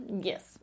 Yes